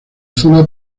zona